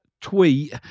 tweet